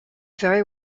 very